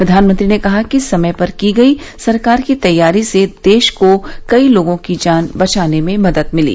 प्रधानमंत्री ने कहा कि समय पर की गई सरकार की तैयारी से देश को कई लोगों की जान बचाने में मदद मिली